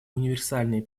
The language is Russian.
универсальный